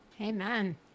Amen